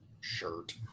shirt